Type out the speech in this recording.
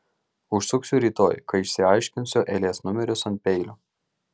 užsuksiu rytoj kai išsiaiškinsiu eilės numerius ant peilio